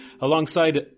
alongside